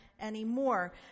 anymore